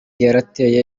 yarateye